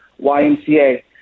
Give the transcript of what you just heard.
YMCA